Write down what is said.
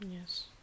Yes